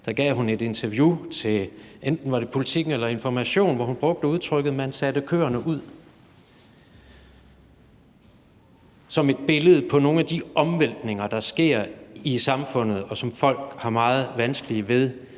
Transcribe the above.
enten var det til Politiken eller Information, hvor hun brugte udtrykket man satte køerne ud som et billede på nogle af de omvæltninger, der sker i samfundet, og som folk har meget vanskeligt ved